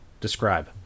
Describe